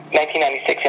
1996